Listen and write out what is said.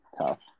tough